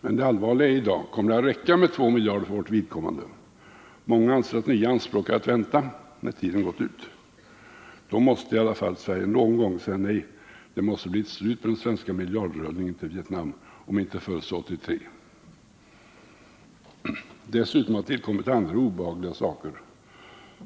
Men det allvarliga är i dag: Kommer det att räcka med 2 miljarder för vårt vidkommande? Många anser att nya anspråk är att vänta när tiden gått ut. Då måste i alla fall Sverige någon gång säga nej. Det måste bli ett slut på den svenska miljardrullningen till Vietnam om inte förr så 1983. Dessutom har det tillkommit andra och obehagliga saker.